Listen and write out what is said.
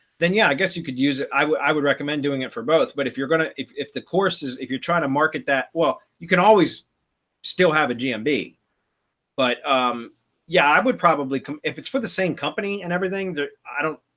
then yeah, i guess you could use it, i would i would recommend doing it for both. but if you're going to if if the course is if you're trying to market that, well, you can always still have a gmb. but um yeah, i would probably come if it's for the same company and everything that i don't,